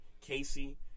Casey